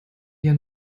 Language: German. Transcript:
ihr